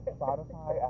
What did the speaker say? Spotify